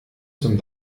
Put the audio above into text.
zum